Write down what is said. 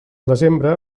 desembre